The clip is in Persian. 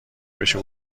بشه